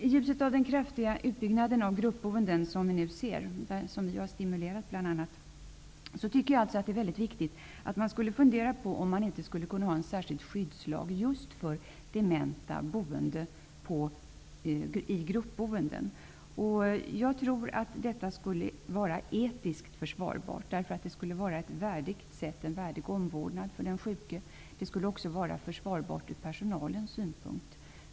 I ljuset av den kraftiga utbyggnad av gruppboenden som vi nu ser, och som vi stimulerat, tycker jag att det är väldigt viktigt att fundera på om man inte skulle kunna ha en särskild skyddslag just för dementa boende i gruppboenden. Jag tror att det skulle vara etiskt försvarbart, därför att det skulle innebära en värdig omvårdnad av den sjuke. Det skulle också vara försvarbart ur personalens synpunkt.